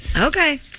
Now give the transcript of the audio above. Okay